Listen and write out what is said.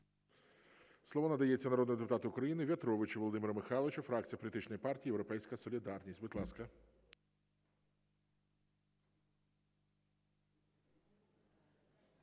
Слово надається народному депутату України В'ятровичу Володимиру Михайловичу, фракція політичної партії "Європейська солідарність". Будь ласка.